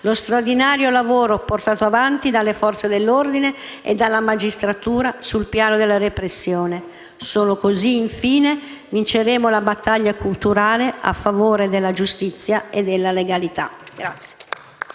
lo straordinario lavoro portato avanti dalle Forze dell'ordine e dalla magistratura sul piano della repressione. Solo così, infine, vinceremo la battaglia culturale a favore della giustizia e della legalità.